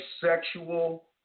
sexual